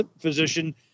physician